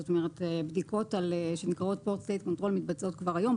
זאת אומרת בדיקות מתבצעות כבר היום.